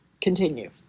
continue